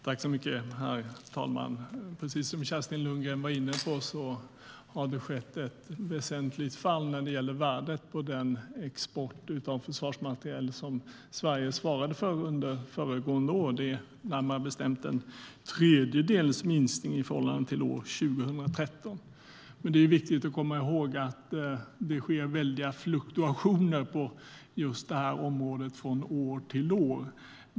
Herr talman! Precis som Kerstin Lundgren var inne på har det skett ett väsentligt fall i värdet av den export av försvarsmateriel som Sverige svarade för under föregående år. Det är närmare bestämt en tredjedels minskning i förhållande till år 2013. Det är dock viktigt att komma ihåg att det sker väldiga fluktuationer från år till år på just detta område.